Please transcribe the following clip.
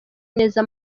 neza